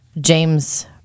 james